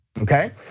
Okay